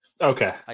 Okay